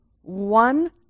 one